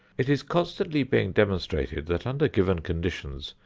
it is constantly being demonstrated that under given conditions,